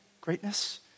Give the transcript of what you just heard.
greatness